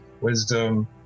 Wisdom